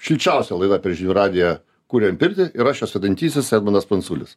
šilčiausia laida per žinių radiją kuriam pirtį ir aš jos vedantysis edmundas pranculis